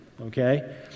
Okay